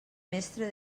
mestre